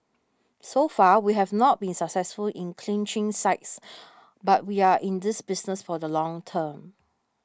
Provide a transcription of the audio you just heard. so far we have not been successful in clinching sites but we are in this business for the long term